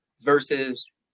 versus